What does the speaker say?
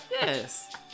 Yes